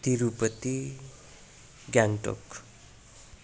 Tirupati Gangtok